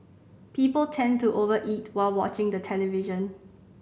people tend to over eat while watching the television